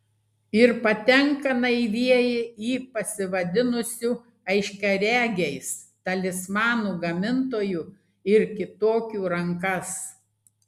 ir patenka naivieji į pasivadinusių aiškiaregiais talismanų gamintojų ir kitokių rankas